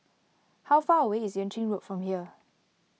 how far away is Yuan Ching Road from here